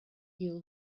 deal